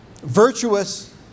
virtuous